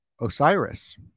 osiris